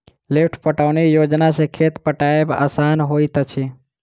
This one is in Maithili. लिफ्ट पटौनी योजना सॅ खेत पटायब आसान होइत अछि